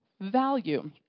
value